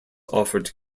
offered